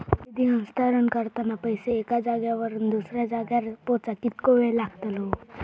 निधी हस्तांतरण करताना पैसे एक्या जाग्यावरून दुसऱ्या जाग्यार पोचाक कितको वेळ लागतलो?